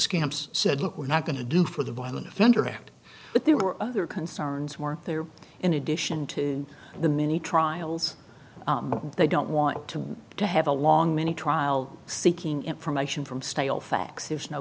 scamps said look we're not going to do for the violent offender act but there were other concerns were there in addition to the many trials they don't want to to have a long many trial seeking information from stale facts